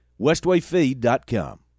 Westwayfeed.com